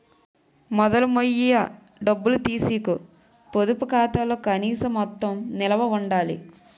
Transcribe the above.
మొదలు మొయ్య డబ్బులు తీసీకు పొదుపు ఖాతాలో కనీస మొత్తం నిలవ ఉండాల